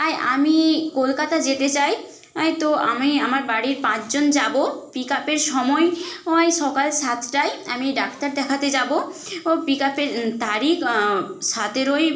আমি কলকাতা যেতে চাই তো আমি আমার বাড়ির পাঁচজন যাবো পিকআপের সময় সকাল সাতটায় আমি ডাক্তার দেখাতে যাবো পিকআপের তারিখ সাতেরোই